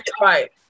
right